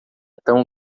tão